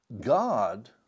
God